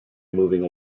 moving